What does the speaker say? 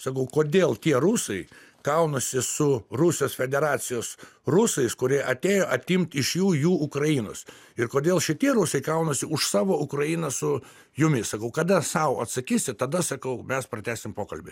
sakau kodėl tie rusai kaunasi su rusijos federacijos rusais kurie atėjo atimt iš jų jų ukrainos ir kodėl šitie rusai kaunasi už savo ukrainą su jumis sakau kada sau atsakysit tada sakau mes pratęsim pokalbį